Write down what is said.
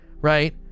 right